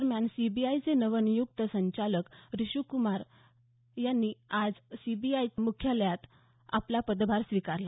दरम्यान सीबीआयचे नवनियुक्त संचालक ऋषीकुमार यांनी आज सीबीआय मुख्यालयात आपला पदभार स्वीकारला